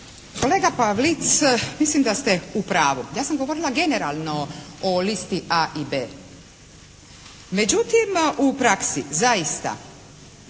Kolega Pavlic mislim da ste u pravu. Ja sam govorila generalno o listi A i B. Međutim u praksi zaista